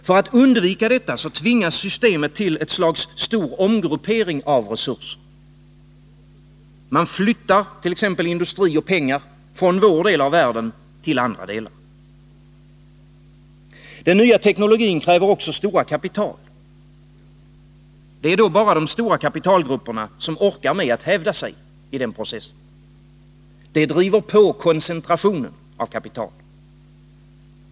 För att undvika detta, tvingas systemet till ett slags stor omgruppering av resurser. Man flyttar t.ex. industri och pengar från vår del av världen till andra delar. Den nya teknologin kräver också stora kapital. Det är då bara de stora kapitalgrupperna som orkar med att hävda sig i denna process. Det driver på koncentrationen av kapital.